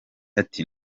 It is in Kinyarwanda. ati